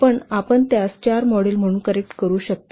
तरआपण त्यास चार मॉडेल म्हणून करेक्ट करू शकता